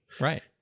Right